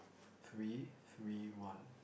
three three one